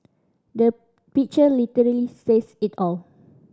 the picture literally says it all